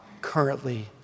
currently